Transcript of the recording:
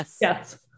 Yes